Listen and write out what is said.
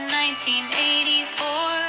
1984